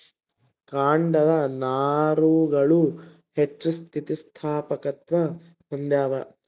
ಕಾಂಡದ ನಾರುಗಳು ಹೆಚ್ಚು ಸ್ಥಿತಿಸ್ಥಾಪಕತ್ವ ಹೊಂದ್ಯಾವ